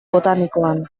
botanikoan